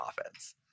offense